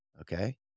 Okay